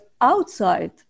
outside